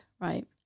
right